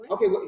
Okay